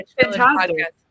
Fantastic